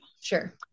Sure